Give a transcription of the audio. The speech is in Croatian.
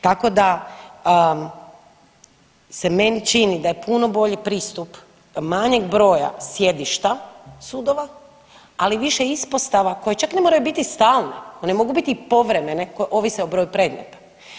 Tako da se meni čini da je puno bolji pristup manjeg broja sjedišta sudova, ali više ispostava koje čak ne moraju biti stalne, one mogu bit i povremene koje ovise o broju predmeta.